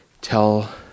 tell